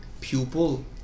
Pupil